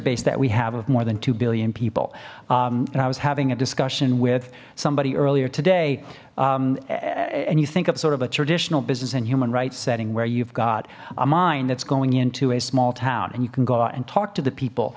base that we have of more than two billion people and i was having a discussion with somebody earlier today and you think of sort of a traditional business and human right setting where you've got a mind that's going into a small town and you can go out and talk to the